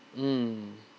mm